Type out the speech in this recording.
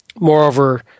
Moreover